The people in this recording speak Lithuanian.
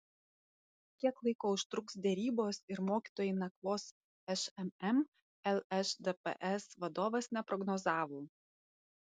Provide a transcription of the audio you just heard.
kiek laiko užtruks derybos ir mokytojai nakvos šmm lšdps vadovas neprognozavo